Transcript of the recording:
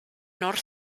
nord